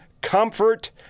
comfort